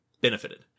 benefited